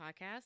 podcast